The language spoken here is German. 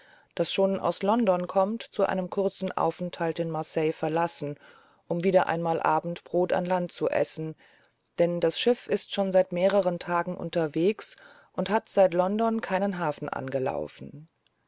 das schon aus london kommt zu einem kurzen aufenthalt in marseille verlassen um wieder einmal abendbrot an land zu essen denn das schiff ist schon seit mehreren tagen unterwegs und hat seit london keinen hafen angelaufen